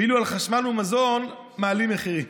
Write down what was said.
ואילו על חשמל ומזון מעלים מחירים?